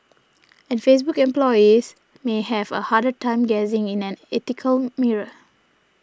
and Facebook employees may have a harder time gazing in an ethical mirror